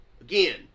again